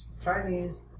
Chinese